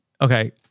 Okay